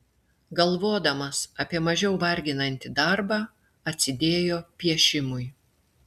galvodamas apie mažiau varginantį darbą atsidėjo piešimui